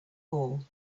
all